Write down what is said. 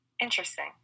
interesting